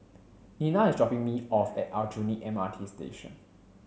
Nena is dropping me off at Aljunied M R T Station